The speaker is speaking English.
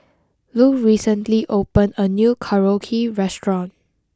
Lu recently opened a new Korokke restaurant